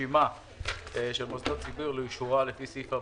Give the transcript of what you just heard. ראיתי את המיילים ששלחת לי לגבי שכר מנכ"ל של אחרים,